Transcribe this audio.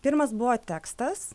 pirmas buvo tekstas